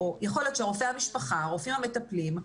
יכול להיות שרופא המשפחה, הרופאים המטפלים,